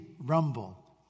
rumble